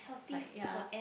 like ya